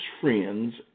friends